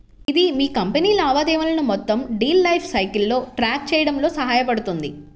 ఇది మీ కంపెనీ లావాదేవీలను మొత్తం డీల్ లైఫ్ సైకిల్లో ట్రాక్ చేయడంలో సహాయపడుతుంది